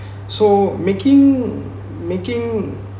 so making making